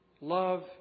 Love